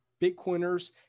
Bitcoiners